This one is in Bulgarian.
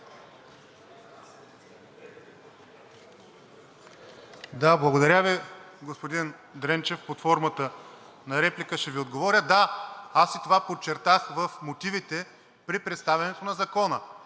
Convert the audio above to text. Да, благодаря Ви. Господин Дренчев, под формата на реплика ще Ви отговоря. Да, аз и това подчертах в мотивите при представянето на Закона,